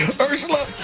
Ursula